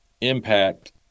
impact